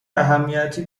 اهمیتی